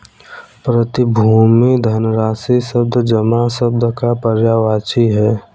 प्रतिभूति धनराशि शब्द जमा शब्द का पर्यायवाची है